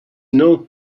know